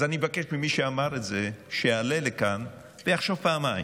אז אני מבקש ממי שאמר את זה שיעלה לכאן ויחשוב פעמיים.